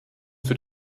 für